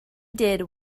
did